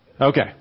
Okay